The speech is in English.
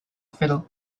fiddle